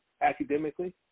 academically